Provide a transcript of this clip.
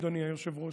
אדוני היושב-ראש.